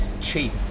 cheap